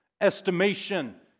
estimation